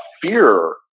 fear